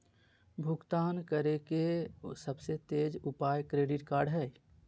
भुगतान करे के सबसे तेज उपाय क्रेडिट कार्ड हइ